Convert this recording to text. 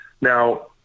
Now